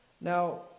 Now